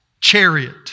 chariot